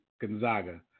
Gonzaga